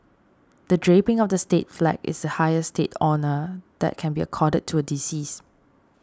the draping of the state flag is the highest state honour that can be accorded to a deceased